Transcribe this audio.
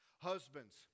Husbands